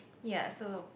ya so